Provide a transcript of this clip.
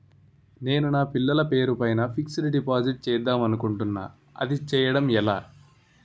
నేను నా పిల్లల పేరు పైన ఫిక్సడ్ డిపాజిట్ చేద్దాం అనుకుంటున్నా అది చేయడం ఎలా?